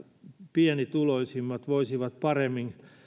pienituloisimmat voisivat paremmin